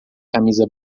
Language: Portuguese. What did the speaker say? camisa